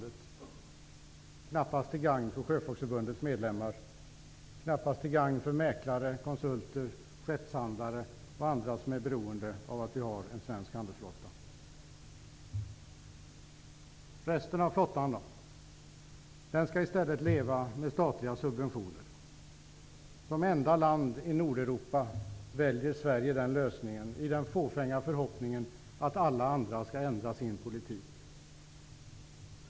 Det är knappast till gagn för Sjöfolksförbundets medlemmar, och det är knappast till gagn för mäklare, skeppshandlare, konsulter och andra som är beroende av att vi har en svensk handelsflotta. Hur går det med resten av flottan då? Den skall i stället leva med statliga subventioner. Som enda land i Nordeuropa väljer Sverige den lösningen, i den fåfänga förhoppningen att alla andra länder skall ändra sin politik.